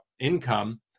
income